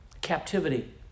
captivity